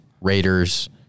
Raiders